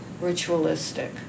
ritualistic